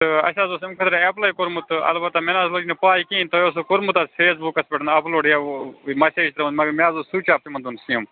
تہٕ اَسہِ حظ اوس اَمہِ خٲطرٕ ایٚپلے کوٚرمُت تہٕ البتہ مےٚ نہَ حظ لٔج نہٕ پےَ کیٚنٛہہ تۄہہِ اوسوٕ کوٚرمُت اَتھ فیس بُکَس پٮ۪ٹھ اَپ لوڈ یَوٕ میسیج ترٛٲومٕژ مگر مےٚ حظ اوس سُچ آف تِمَن دۄہَن سِم